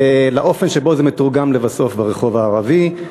לאופן שבו זה מתורגם לבסוף ברחוב הערבי.